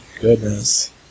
goodness